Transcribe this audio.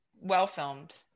well-filmed